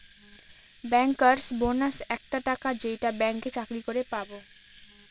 bankers bonus একটা টাকা যেইটা ব্যাঙ্কে চাকরি করে পাবো